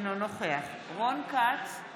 אינו נוכח רון כץ,